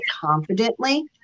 confidently